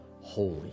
holy